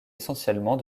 essentiellement